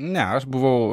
ne aš buvau